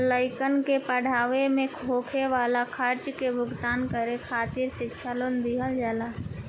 लइकन के पढ़ाई में होखे वाला खर्चा के भुगतान करे खातिर शिक्षा लोन दिहल जाला